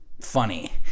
funny